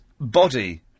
body